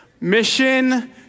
mission